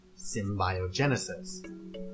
symbiogenesis